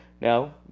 Now